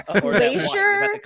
Glacier